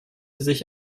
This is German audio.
sich